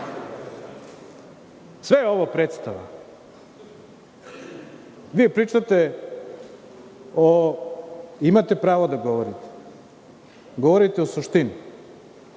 ovo je predstava. Vi pričate o, imate pravo da govorite, govorite o suštini,